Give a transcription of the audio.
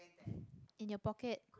in your pocket